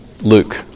Luke